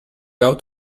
out